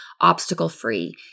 obstacle-free